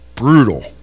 brutal